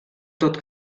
tot